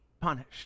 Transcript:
punished